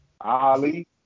Ali